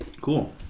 Cool